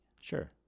Sure